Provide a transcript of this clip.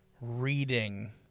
reading